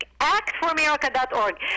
Actforamerica.org